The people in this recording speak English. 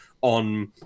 on